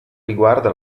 riguarda